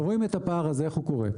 ורואים את הפער הזה איך הוא קורה.